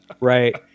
right